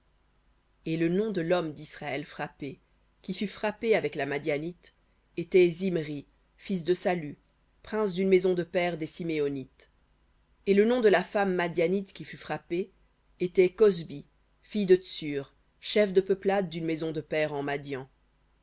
et le nom de l'homme d'israël frappé qui fut frappé avec la madianite était zimri fils de salu prince d'une maison de père des siméonites et le nom de la femme madianite qui fut frappée était cozbi fille de tsur chef de peuplade d'une maison de père en madian